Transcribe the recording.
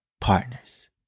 Partners